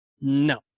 No